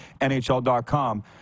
NHL.com